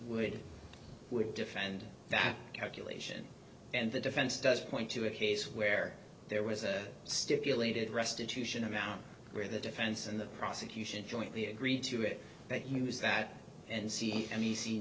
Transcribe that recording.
would would defend that calculation and the defense does point to a case where there was a stipulated restitution amount where the defense and the prosecution jointly agreed to it but use that and see